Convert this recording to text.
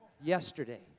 yesterday